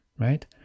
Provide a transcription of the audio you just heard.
right